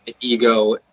ego